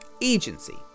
agency